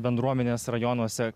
bendruomenes rajonuose